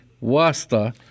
Wasta